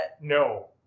No